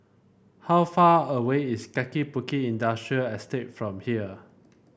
how far away is Kaki Bukit Industrial Estate from here